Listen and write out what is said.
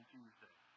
Tuesday